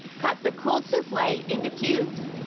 cut the cooled souffle into cubes.